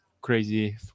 crazy